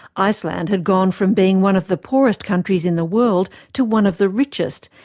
iceland had gone from being one of the poorest countries in the world to one of the richest,